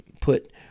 put